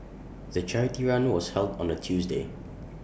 the charity run was held on A Tuesday